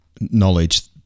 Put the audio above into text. knowledge